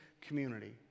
community